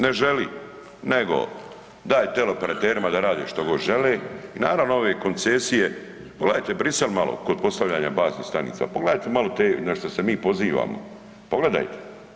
Ne želi nego daj teleoperaterima da rade što god žele, naravno ove koncesije, pogledajte Bruxelles malo kod postavljanja baznih stanica, pogledajte malo te na šta se mi pozivamo, pogledajte.